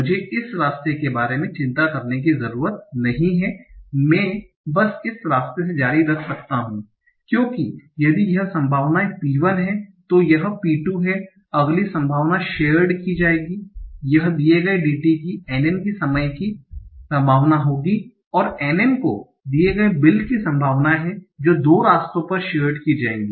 मुझे इस रास्ते के बारे में चिंता करने की ज़रूरत नहीं है मैं बस इस रास्ते से जारी रख सकता हूं क्योंकि यदि यह संभावना P1 है तो यह P2 है अगली संभावना शेयरड की जाएगी यह दिए गए DT की NN की समय की संभावना होंगी और NN को दिए गए बिल की संभावना है जो 2 रास्तों पर शेयरड की जाएगी